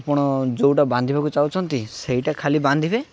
ଆପଣ ଯେଉଁଟା ବାନ୍ଧିବାକୁ ଚାହୁଁଛନ୍ତି ସେଇଟା ଖାଲି ବାନ୍ଧିବେ